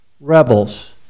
rebels